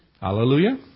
Hallelujah